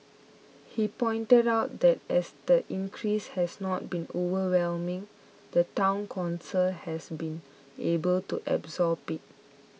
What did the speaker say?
he pointed out that as the increase has not been overwhelming the Town Council has been able to absorb it